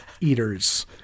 eaters